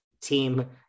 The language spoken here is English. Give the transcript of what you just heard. team